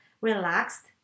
relaxed